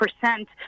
percent